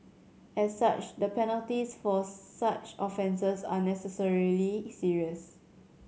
as such the penalties for such offences are necessarily serious